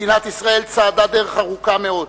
מדינת ישראל צעדה דרך ארוכה מאוד.